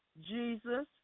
Jesus